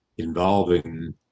Involving